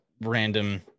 random